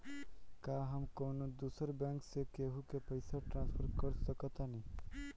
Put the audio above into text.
का हम कौनो दूसर बैंक से केहू के पैसा ट्रांसफर कर सकतानी?